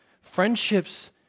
Friendships